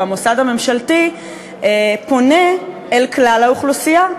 המוסד הממשלתי פונה אל כלל האוכלוסייה,